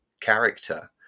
character